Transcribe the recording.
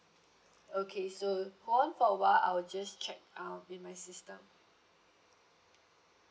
okay so hold on for a while I'll just check um with my system